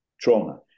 trauma